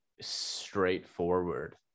straightforward